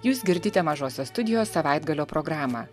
jūs girdite mažosios studijos savaitgalio programą